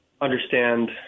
Understand